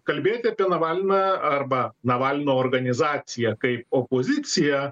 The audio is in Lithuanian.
kalbėti apie navalną arba navalno organizaciją kaip opoziciją